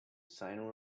sign